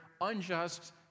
unjust